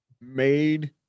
made